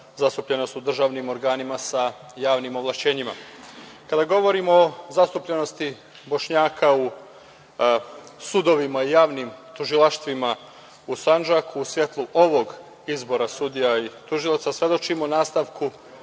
zastupljenost u državnim organima sa javnim ovlašćenjima. Kada govorimo o zastupljenosti Bošnjaka u sudovima i javnim tužilaštvima u Sandžaku, u svetlu ovog izbora sudija i tužilaca, svedočimo nastavku